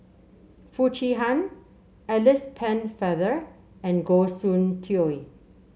Foo Chee Han Alice Pennefather and Goh Soon Tioe